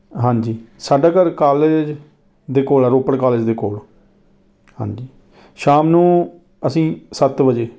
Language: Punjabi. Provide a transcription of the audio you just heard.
ਹਾਂਜੀ ਸਾਡਾ ਘਰ ਕਾਲਜ ਦੇ ਕੋਲ ਆ ਰੋਪੜ ਕਾਲਜ ਦੇ ਕੋਲ ਹਾਂਜੀ ਸ਼ਾਮ ਨੂੰ ਅਸੀਂ ਸੱਤ ਵਜੇ